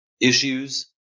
issues